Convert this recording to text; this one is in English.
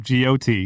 GOT